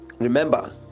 remember